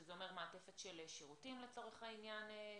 שזה אומר מעטפת של שירותים שונים